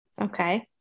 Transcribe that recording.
Okay